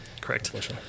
Correct